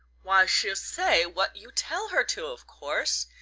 why, she'll say what you tell her to, of course.